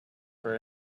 for